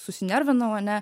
susinervinau ane